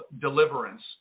deliverance